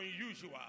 unusual